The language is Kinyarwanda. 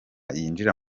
yinjira